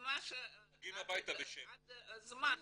מגיעים הביתה ב-19:00.